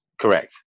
Correct